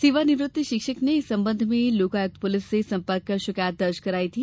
सेवानिवृत्त शिक्षक ने इस संबंध में लोकायुक्त पुलिस से संपर्क कर शिकायत दर्ज कराई थी